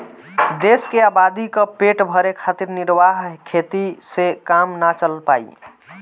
देश के आबादी क पेट भरे खातिर निर्वाह खेती से काम ना चल पाई